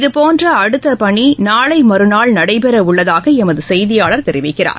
இதபோன்ற அடுத்த பணி நாளை மறுநாள் நடைபெற உள்ளதாக எமது செய்தியாளர் தெரிவிக்கிறார்